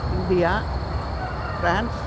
India France